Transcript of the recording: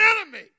enemy